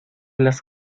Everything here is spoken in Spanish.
las